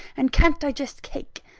and can't digest cake.